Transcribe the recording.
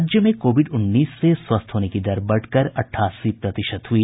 राज्य में कोविड उन्नीस से स्वस्थ होने की दर बढ़कर अठासी प्रतिशत हुई